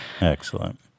excellent